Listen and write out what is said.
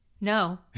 No